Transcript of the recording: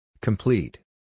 Complete